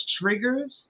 triggers